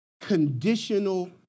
conditional